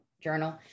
journal